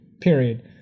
period